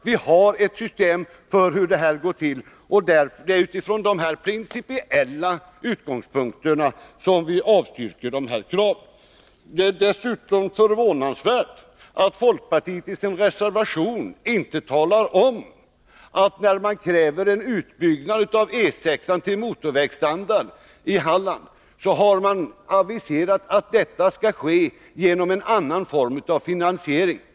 Vi har ett system för hur det skall gå till, och det är utifrån dessa principiella utgångspunkter som vi avstyrker de aktuella kraven. Det är dessutom förvånansvärt att folkpartiet i sin reservation inte säger, att när man kräver utbyggnad av E 6 till motorvägsstandard i Halland, har man aviserat att detta skall ske genom en annan form av finansiering.